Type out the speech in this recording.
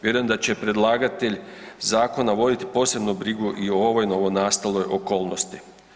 Vjerujem da će predlagatelj zakona voditi posebnu brigu i o ovoj novonastaloj okolnosti.